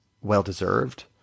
well-deserved